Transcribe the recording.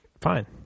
fine